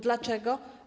Dlaczego?